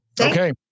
Okay